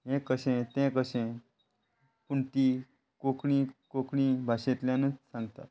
हे कशें तें कशें पूण ती कोंकणी कोंकणी भाशेंतल्यानच सांगतात